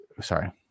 Sorry